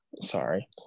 Sorry